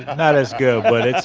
and not as good but